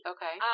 Okay